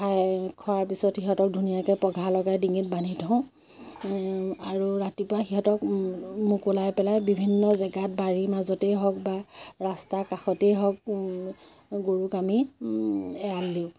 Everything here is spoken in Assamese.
খাই খোৱাৰ পিছত সিহঁতক ধুনীয়াকৈ পঘা লগাই ডিঙিত বান্ধি থওঁ আৰু ৰাতিপুৱা সিহঁতক মোকলাই পেলাই বিভিন্ন জেগাত বাৰীৰ মাজতেই হওক বা ৰাস্তাৰ কাষতেই হওক গৰুক আমি এৰাল দিওঁ